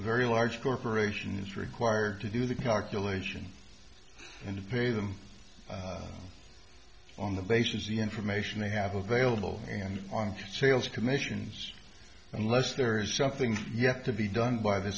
very large corporation is required to do the calculation and to pay them on the basis of the information they have available and on sales commissions unless there is something yet to be done by the